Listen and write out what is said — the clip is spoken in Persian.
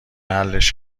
حلش